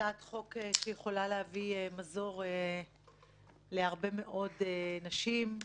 הצעת חוק שיכולה להביא מזור להרבה מאוד נשים,